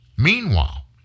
Meanwhile